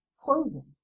clothing